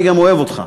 אני גם אוהב אותך,